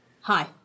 Hi